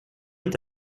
est